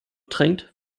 drängt